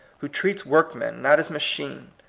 who treats workmen not as machines,